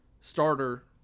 starter